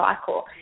cycle